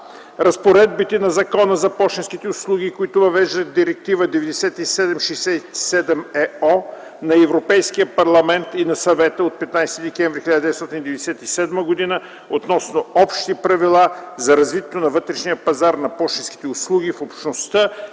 разпоредбите на Закона за пощенските услуги, които въвеждат Директива 97/67/ЕО на Европейския парламент и на Съвета от 15 декември 1997 година относно общите правила за развитието на вътрешния пазар на пощенските услуги в Общността